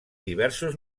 diversos